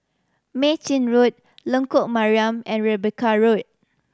Mei Chin Road Lengkok Mariam and Rebecca Road